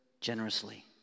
generously